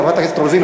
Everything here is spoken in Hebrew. חברת הכנסת רוזין,